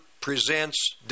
presents